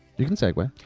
you can segue.